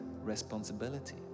responsibility